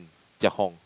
jiak hong